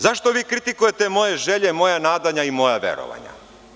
Zašto vi kritikujete moje želje, moja nadanja i moja verovanja?